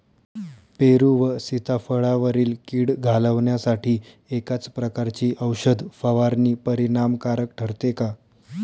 पेरू व सीताफळावरील कीड घालवण्यासाठी एकाच प्रकारची औषध फवारणी परिणामकारक ठरते का?